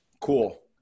Cool